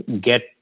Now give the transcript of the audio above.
get